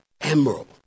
emerald